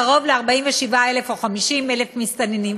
קרוב ל-47,000 או 50,000 מסתננים,